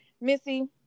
Missy